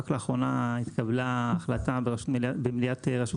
רק לאחרונה התקבלה החלטה במליאת רשות